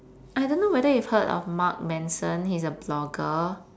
I don't know whether you've heard of mark manson he's a blogger